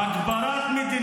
זה עוד מותר לי.